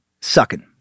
sucking